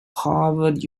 harvard